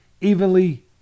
evenly